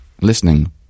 listening